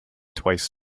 twice